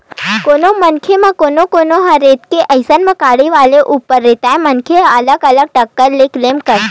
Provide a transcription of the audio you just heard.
कोनो मनखे म कोनो कोनो ह रेता गे अइसन म गाड़ी वाले ऊपर रेताय मनखे ह अलगे अलगे ढंग ले क्लेम करथे